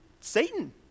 Satan